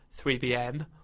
3BN